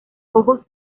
ojos